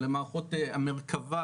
אלה מערכות המרכבה,